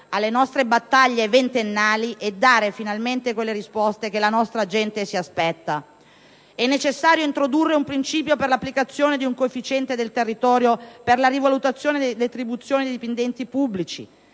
alle nostre battaglie ventennali e dare finalmente quelle risposte che la nostra gente si aspetta. È necessario introdurre un principio per l'applicazione di un coefficiente del territorio per la rivalutazione delle retribuzioni dei dipendenti pubblici,